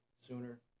sooner